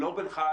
לא בינך,